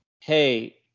Hey